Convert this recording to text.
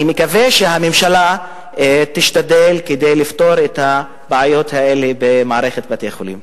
אני מקווה שהממשלה תשתדל לפתור את הבעיות האלה במערכת בתי-החולים.